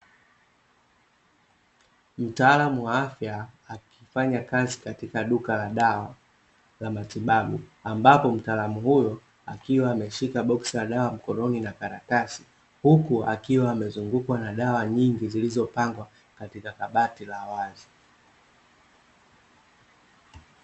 Mtaalamu wa afya, akifanya kazi katika duka la dawa la matibabu, ambapo mtaalamu huyo akiwa ameshika boksi la dawa mkononi na karatasi, huku akiwa amezungukwa na dawa nyingi zilizopangwa katika kabati la wazi.